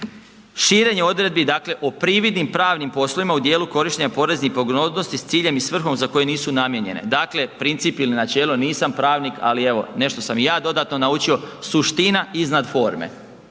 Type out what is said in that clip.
širenje odredbi dakle o prividnim pravnim poslovima u dijelu korištenja poreznih pogodnosti s ciljem i svrhom za koju nisu namijenjene, dakle princip ili načelo, nisam pravnik, ali evo, nešto sam i ja dodatno naučio, suština iznad forme.